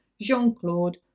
Jean-Claude